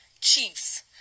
chiefs